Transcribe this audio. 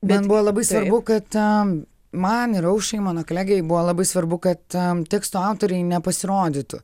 man buvo labai svarbu kad man ir aušrai mano kolegei buvo labai svarbu kad tekstų autoriai nepasirodytų